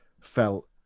felt